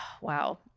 wow